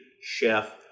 chef